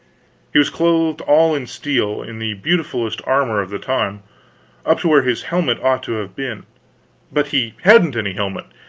he was clothed all in steel, in the beautifulest armor of the time up to where his helmet ought to have been but he hadn't any helmet,